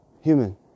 human